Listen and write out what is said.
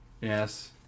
Yes